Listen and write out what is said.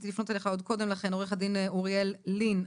עו"ד אוריאל לין,